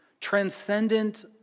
Transcendent